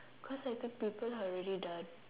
cause I think people are already done